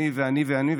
אני ואני ואני,